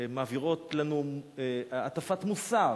שמעבירות לנו הטפת מוסר,